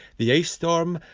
the ice storm,